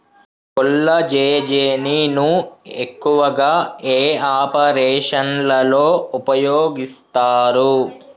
కొల్లాజెజేని ను ఎక్కువగా ఏ ఆపరేషన్లలో ఉపయోగిస్తారు?